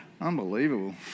unbelievable